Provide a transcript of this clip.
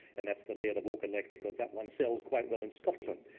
and that's the laird of auchinleck, because that one sells quite well in scotland.